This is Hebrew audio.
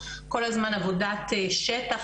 כל הזמן עבודת שטח,